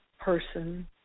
person